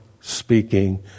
speaking